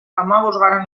hamabosgarren